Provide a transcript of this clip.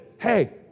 hey